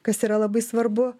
kas yra labai svarbu